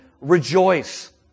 rejoice